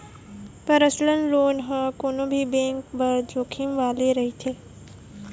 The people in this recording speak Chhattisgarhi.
परसनल लोन ह कोनो भी बेंक बर जोखिम वाले रहिथे